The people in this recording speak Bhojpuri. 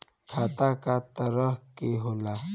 खाता क तरह के होला?